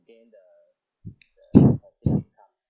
gain the the passive income